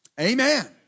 Amen